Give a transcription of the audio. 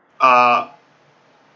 uh